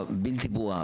הבלתי ברורה,